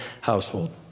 household